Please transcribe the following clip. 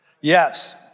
Yes